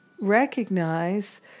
recognize